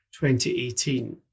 2018